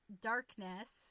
darkness